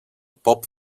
pop